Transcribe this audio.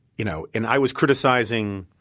you know and i was criticizing